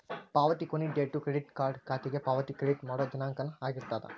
ಪಾವತಿ ಕೊನಿ date credit card ಖಾತೆಗೆ ಪಾವತಿ ಕ್ರೆಡಿಟ್ ಮಾಡೋ ದಿನಾಂಕನ ಆಗಿರ್ತದ